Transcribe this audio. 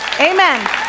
amen